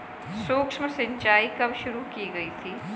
सूक्ष्म सिंचाई कब शुरू की गई थी?